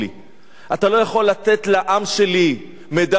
אתה לא יכול לתת לעם שלי מדליית חירות